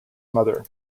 mother